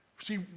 See